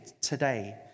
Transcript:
today